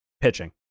pitching